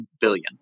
billion